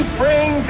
bring